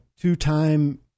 two-time